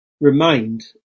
remained